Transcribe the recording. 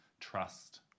trust